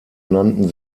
nannten